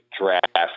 draft